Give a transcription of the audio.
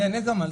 אני אענה לך.